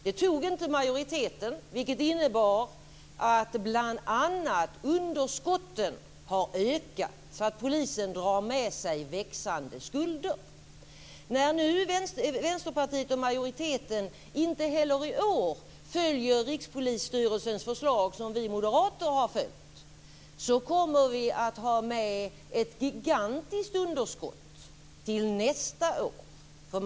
Det gjorde inte majoriteten, vilket bl.a. innebar att underskotten ökade så att polisen drar med sig växande skulder. När nu Vänsterpartiet och majoriteten inte heller i år följer Rikspolisstyrelsens förslag, som vi moderater har följt, kommer vi att ha med ett gigantiskt underskott till nästa år.